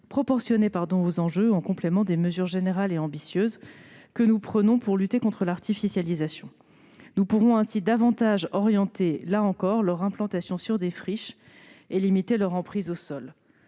proportionnée aux enjeux, en complément des mesures générales et ambitieuses que nous prenons pour lutter contre l'artificialisation des sols. Nous pourrons ainsi davantage orienter l'implantation des entrepôts sur des friches et limiter leur emprise au sol.